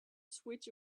switch